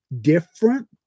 different